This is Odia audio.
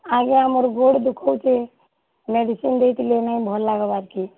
ଆଜ୍ଞା ମୋର୍ ଗୋଡ଼୍ ଦୁଖଉଛେ ମେଡିସିନ୍ ଦେଇଥିଲେ ନାଇଁ ଭଲ୍ ଲାଗ୍ବାର୍ କେଁ